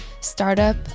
startup